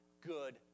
good